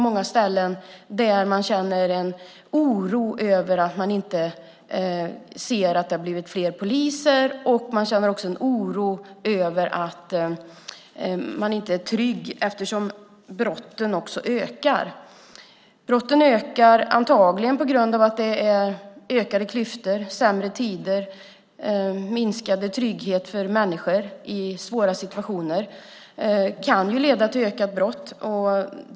Där känner man en oro över att det inte blivit fler poliser, och man känner också en oro över att inte vara trygg eftersom brotten ökar. Brotten ökar antagligen på grund av att det är ökade klyftor, sämre tider, minskad trygghet för människor i svåra situationer. Det kan leda till ökad brottslighet.